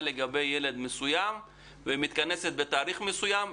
לגבי ילד מסוים ומתכנסת בתאריך מסוים.